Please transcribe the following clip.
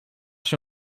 się